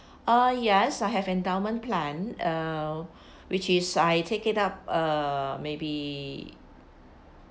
ah yes I have endowment plan uh which is I take it up uh maybe